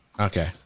Okay